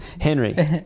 Henry